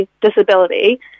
disability